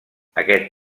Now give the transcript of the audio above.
aquest